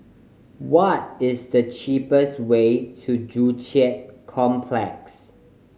what is the cheapest way to Joo Chiat Complex